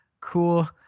cool